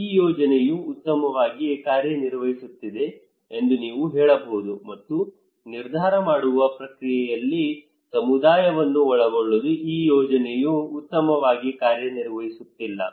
ಈ ಯೋಜನೆಯು ಉತ್ತಮವಾಗಿ ಕಾರ್ಯನಿರ್ವಹಿಸುತ್ತಿದೆ ಎಂದು ನೀವು ಹೇಳಬಹುದು ಮತ್ತು ನಿರ್ಧಾರ ಮಾಡುವ ಪ್ರಕ್ರಿಯೆಯಲ್ಲಿ ಸಮುದಾಯವನ್ನು ಒಳಗೊಳ್ಳಲು ಈ ಯೋಜನೆಯು ಉತ್ತಮವಾಗಿ ಕಾರ್ಯನಿರ್ವಹಿಸುತ್ತಿಲ್ಲ